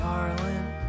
Darling